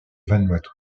vanuatu